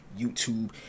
YouTube